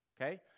Okay